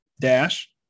Dash